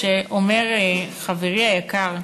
אומר חברי היקר,